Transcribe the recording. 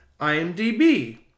IMDB